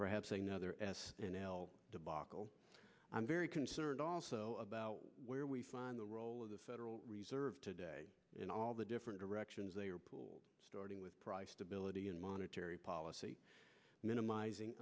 perhaps another s n l debacle i'm very concerned also about where we find the role of the federal reserve today in all the different directions they are pool starting with price stability in monetary policy minimizing